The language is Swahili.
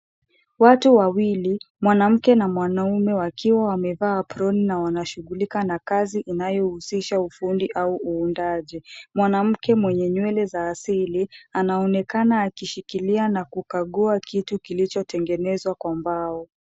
Watu wawili, mwanamke na mwanaume wakiwa wamevaa aproni na wanashughulika na kazi inayohusisha ufundi au uundaji. Mwanamke mwenye nywele za asili anaonekana akishikilia na kukagua kitu kilichotengenezwa kwa mbao.